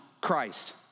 christ